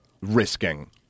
risking